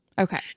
Okay